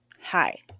hi